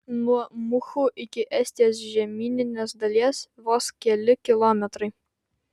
nuo muhu iki estijos žemyninės dalies vos keli kilometrai